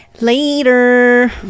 Later